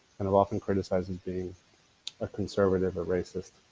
and of often criticized as being a conservative, a racist.